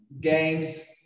games